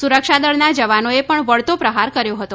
સુરક્ષા દળના જવાનોએ પણ વળતો પ્રહાર કર્યો હતો